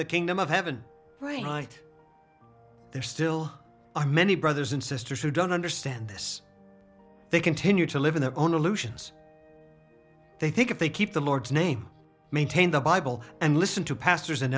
the kingdom of heaven right there still are many brothers and sisters who don't understand this they continue to live in their own illusions they think if they keep the lord's name maintain the bible and listen to pastors